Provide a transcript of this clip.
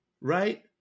Right